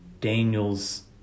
Daniel's